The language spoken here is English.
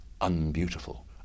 unbeautiful